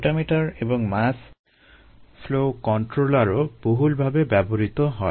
rotameter এবং mass flow কন্ট্রোলারও বহুলভাবে ব্যবহৃত হয়